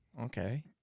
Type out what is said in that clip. Okay